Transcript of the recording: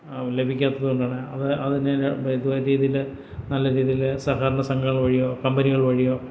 ലഭിക്കാത്തതുകൊണ്ടാണ് അത് അതിന് ഇതേ രീതിയില് നല്ല രീതിയില് സഹകരണ സംഘങ്ങൾ വഴിയോ കമ്പനികള് വഴിയോ